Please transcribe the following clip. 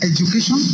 education